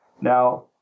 Now